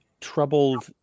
troubled